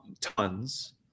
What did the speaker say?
tons